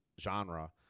genre